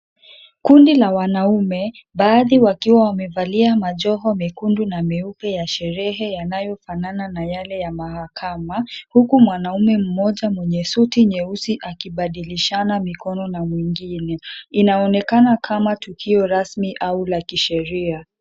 Kundi la wanaume baadhi wakiwa wamevalia majoho mikundu na meupe ya sherehe yanayofanana na yale ya mahakama huku mwanaume mmoja mwenye suti nyeusi akibadilishana mikono na mwingine, Inaonekana kama tukio rasmi au la kisheria.